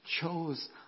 chose